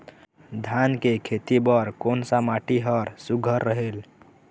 धान के खेती बर कोन सा माटी हर सुघ्घर रहेल?